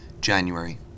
January